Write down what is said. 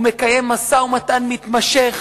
הוא מקיים משא-ומתן מתמשך